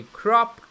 crop